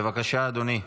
בבקשה, אדוני.